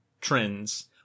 trends